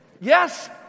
Yes